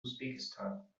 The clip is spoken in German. usbekistan